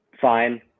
Fine